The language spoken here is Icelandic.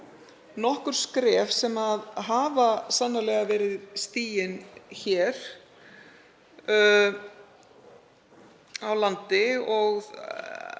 nokkur skref sem hafa sannarlega verið stigin hér á landi og